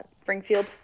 Springfield